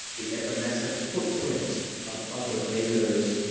the evanescent footprints of other bathers,